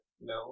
No